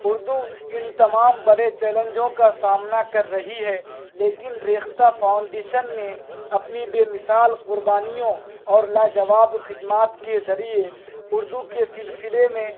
اردو ان تمام بڑے چیلنجوں کا سامنا کر رہی ہے لیکن ریختہ فاؤنڈیشن نے اپنی بےمثال قربانیوں اور لاجواب خدمات کے ذریعے اردو کے سلسلے میں